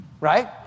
Right